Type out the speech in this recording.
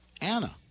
Anna